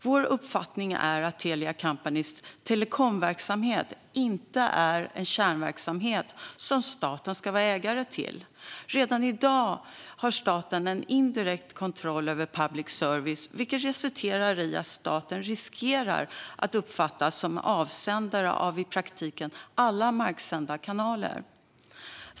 Vår uppfattning är att Telia Companys telekomverksamhet inte är en kärnverksamhet som staten ska vara ägare till. Redan i dag har staten en indirekt kontroll över public service, vilket resulterar i att staten riskerar att uppfattas som avsändare av i praktiken alla marksända kanaler.